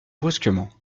brusquement